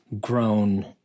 grown